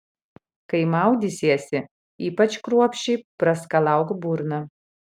kai maudysiesi ypač kruopščiai praskalauk burną